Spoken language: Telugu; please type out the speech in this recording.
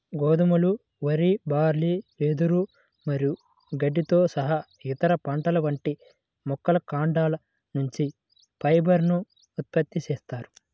గోధుమలు, వరి, బార్లీ, వెదురు మరియు గడ్డితో సహా ఇతర పంటల వంటి మొక్కల కాండాల నుంచి ఫైబర్ ను ఉత్పత్తి చేస్తారు